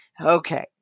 Okay